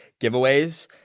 giveaways